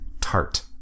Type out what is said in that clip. tart